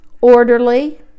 orderly